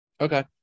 Okay